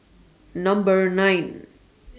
Number nine